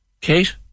Kate